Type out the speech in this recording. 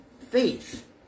faith